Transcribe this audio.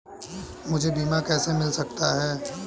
मुझे बीमा कैसे मिल सकता है?